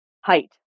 height